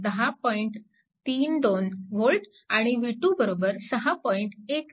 32V आणि v2 6